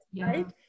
right